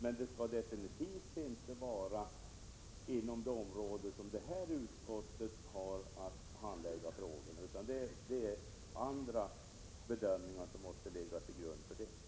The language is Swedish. Men det skall definitivt inte ske genom åtgärder på det område som detta utskott har att arbeta på, utan det är andra bedömningar som måste ligga till grund för detta.